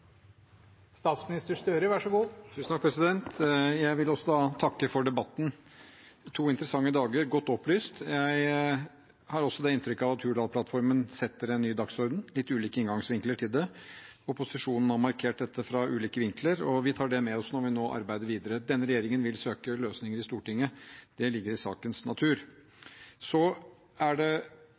Jeg vil også takke for debatten. Det har vært to interessante dager, godt opplyst. Jeg har inntrykk av at Hurdalsplattformen setter en ny dagsorden; det er litt ulike inngangsvinkler til det. Opposisjonen har markert dette fra ulike vinkler, og vi tar det med oss når vi nå arbeider videre. Denne regjeringen vil søke løsninger i Stortinget. Det ligger i sakens natur. Det er gledelig å notere at det